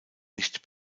nicht